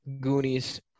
Goonies